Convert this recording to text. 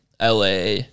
LA